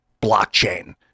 blockchain